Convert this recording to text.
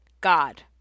god